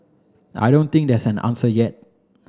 I don't think there's an answer yet